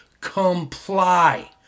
comply